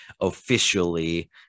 officially